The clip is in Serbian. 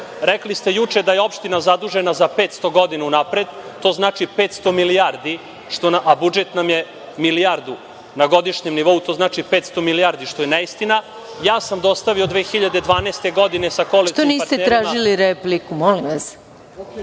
ste juče da je opština zadužena za 500 godina unapred, to znači 500 milijardi, a budžet nam je milijardu na godišnjem nivou, to znači 500 milijardi, što je neistina. Ja sam dostavio 2012. godine sa koalicionim partnerima… **Maja Gojković** Što niste tražili repliku, molim